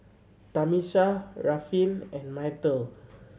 Tamisha Ruffin and Myrtle